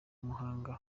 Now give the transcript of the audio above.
muhanga